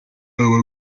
aba